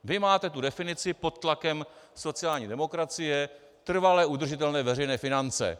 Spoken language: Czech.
Vy máte definici pod tlakem sociální demokracie trvale udržitelné veřejné finance.